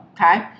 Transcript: Okay